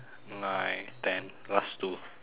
nine ten last two